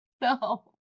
No